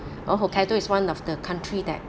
oh hokkaido is one of the country that